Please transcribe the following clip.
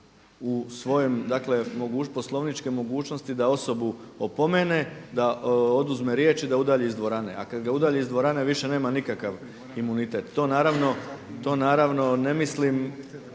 u svoje poslovničke mogućnosti da osobu opomene, da oduzme riječ i da udalji iz dvorane. A kad ga udalji iz dvorane više nema nikakav imunitet. To naravno ne mislim